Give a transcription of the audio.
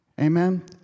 Amen